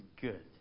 good